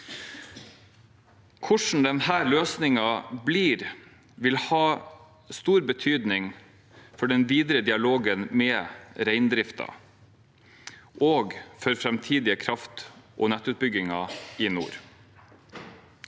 Hvordan løsningen blir, vil ha stor betydning for den videre dialogen med reindriften og for framtidige kraft- og nettutbygginger i nord.